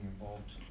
involved